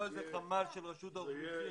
קליטת עולים חדשים דוברי צרפתית,